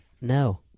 No